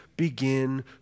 Begin